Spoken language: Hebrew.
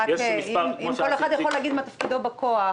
אם כל אחד יוכל להגיד מה תפקידו בכוח.